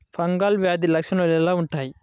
Fungal వ్యాధి లక్షనాలు ఎలా వుంటాయి?